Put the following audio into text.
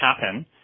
happen